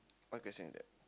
what question is that